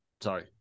Sorry